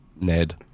Ned